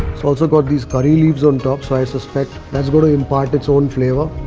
it's also got these curry leaves on top so i suspect that's going to impart its own flavour.